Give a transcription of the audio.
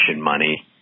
money